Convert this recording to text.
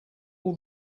all